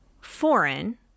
foreign